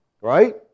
Right